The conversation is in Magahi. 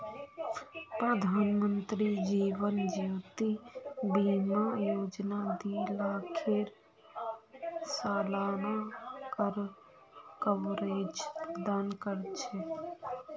प्रधानमंत्री जीवन ज्योति बीमा योजना दी लाखेर सालाना कवरेज प्रदान कर छे